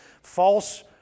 false